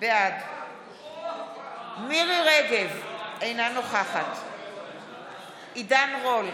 בעד מירי מרים רגב, אינה נוכחת עידן רול,